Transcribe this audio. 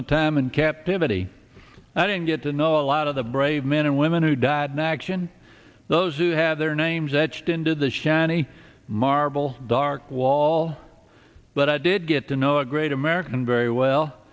my time in captivity i didn't get to know a lot of the brave men and women who died next and those who had their names etched into the shani marble dark wall but i did get to know a great american very